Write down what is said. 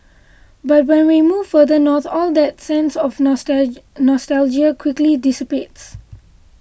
but when we move further north all that sense of nostalgia quickly dissipates